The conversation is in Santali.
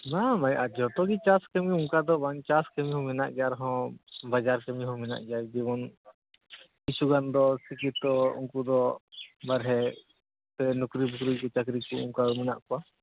ᱵᱟᱝ ᱵᱟᱝ ᱡᱚᱛᱚ ᱜᱮ ᱪᱟᱥ ᱠᱟᱹᱢᱤ ᱚᱱᱠᱟ ᱫᱚ ᱵᱟᱝ ᱪᱟᱥ ᱠᱟᱹᱢᱤ ᱦᱚᱸ ᱢᱮᱱᱟᱜ ᱠᱟᱜ ᱨᱮᱦᱚᱸ ᱵᱟᱡᱟᱨ ᱠᱟᱹᱢᱤ ᱦᱚᱸ ᱢᱮᱱᱟᱜ ᱜᱮᱭᱟ ᱡᱮᱢᱚᱱ ᱠᱤᱪᱷᱩ ᱜᱟᱱ ᱫᱚ ᱥᱤᱠᱠᱷᱤᱛᱚ ᱠᱚ ᱩᱱᱠᱩ ᱫᱚ ᱵᱟᱨᱦᱮ ᱥᱮ ᱱᱚᱠᱨᱤ ᱵᱟᱹᱠᱨᱤ ᱪᱟᱹᱠᱨᱤ ᱠᱚ ᱚᱱᱠᱟ ᱢᱮᱱᱟᱜ ᱠᱚᱣᱟ